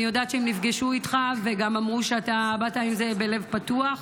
אני יודעת שהן נפגשו איתך וגם אמרו שאתה באת לזה בלב פתוח.